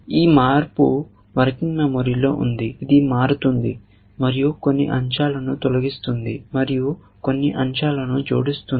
ఈ మార్పు working memory లో ఉంది ఇది మారుతుంది మరియు కొన్ని అంశాలను తొలగిస్తుంది మరియు కొన్ని అంశాలను జోడిస్తుంది